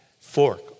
fork